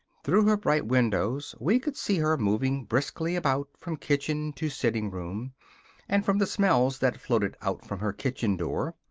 through her bright windows we could see her moving briskly about from kitchen to sitting room and from the smells that floated out from her kitchen door,